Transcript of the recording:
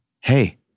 Hey